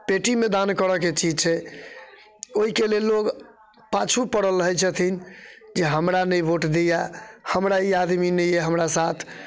पेटीमे दान करऽ के चीज छै ओहिके लेल लोग पाछू पड़ल रहैत छथिन जे हमरा नहि भोट दैया हमरा ई आदमी नहि अइ हमरा साथ